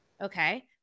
Okay